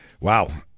Wow